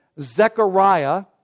Zechariah